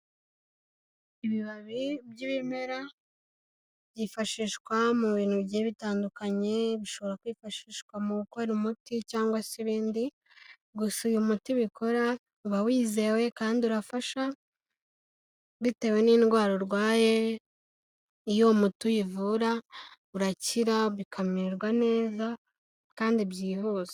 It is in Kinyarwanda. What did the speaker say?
Ibibabi by'ibimera byifashishwa mu bintu bitandukanye, bishobora kwifashishwa mu gukora umuti cyangwa se ibindi, gusa uyu muti bikora uba wizewe kandi urafasha, bitewe n'indwara urwaye, iyo muti uyivura urakira, bikamererwa neza kandi byihuse.